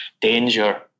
danger